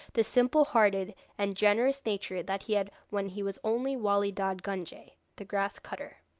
the simple-hearted and generous nature that he had when he was only wali dad gunjay, the grass cutter.